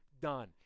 done